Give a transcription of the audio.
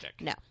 No